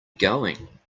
going